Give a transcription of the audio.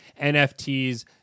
NFTs